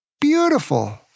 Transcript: beautiful